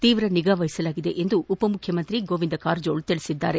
ತೀವ್ರ ನಿಗಾ ವಹಿಸಲಾಗಿದೆ ಎಂದು ಉಪಮುಖ್ಯಮಂತ್ರಿ ಗೋವಿಂದ ಕಾರಜೋಳ ಹೇಳಿದ್ದಾರೆ